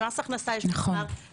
למס הכנסה יש מספר,